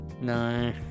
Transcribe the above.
No